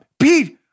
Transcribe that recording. Pete